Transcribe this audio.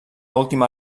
última